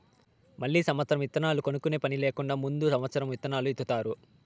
మళ్ళీ సమత్సరం ఇత్తనాలు కొనుక్కునే పని లేకుండా ముందు సమత్సరం ఇత్తనాలు ఇత్తుతారు